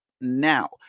now